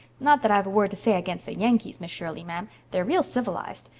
not that i've a word to say against the yankees, miss shirley, ma'am. they're real civilized.